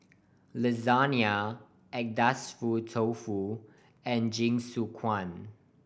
lasagne Agedashi Dofu and Jingisukan